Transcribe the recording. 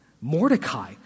Mordecai